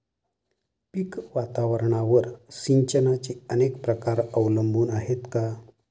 पीक वातावरणावर सिंचनाचे अनेक प्रकार अवलंबून आहेत का?